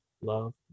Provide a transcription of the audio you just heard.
love